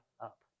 up